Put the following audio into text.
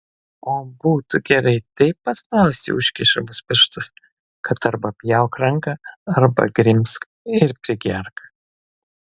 o būtų gerai taip paspausti užkišamus pirštus kad arba pjauk ranką arba grimzk ir prigerk